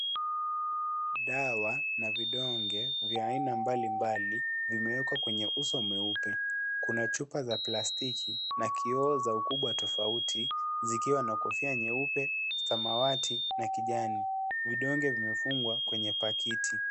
Dawa na vidonge vya aina mbalimbali, vimewekwa kwenye uso mweupe. Kuna chupa za plastiki, na kioo za ukubwa tofauti zikiwa na kofia nyeupe samawati na kijani vidonge vimefungwa kwenye pakiti.